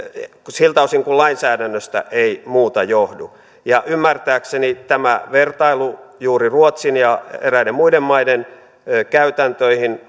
siltä osin kuin lainsäädännöstä ei muuta johdu ymmärtääkseni tämä vertailu juuri ruotsin ja eräiden muiden maiden käytäntöihin